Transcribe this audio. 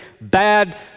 bad